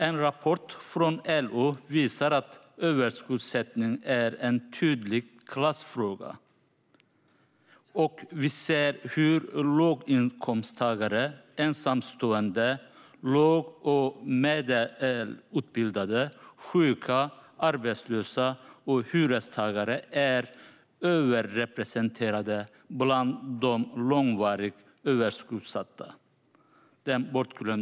En rapport från LO 2016, Långvarig överskuldsättning - Den bortglömda ojämlikheten , visar att överskuldsättning är en tydlig klassfråga. Vi ser hur låginkomsttagare, ensamstående, låg och medelutbildade, sjuka, arbetslösa och hyrestagare är överrepresenterade bland de långvarigt överskuldsatta.